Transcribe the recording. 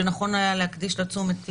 שנכון היה להקדיש לה תשומת לב,